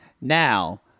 Now